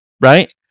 right